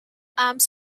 arms